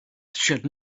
should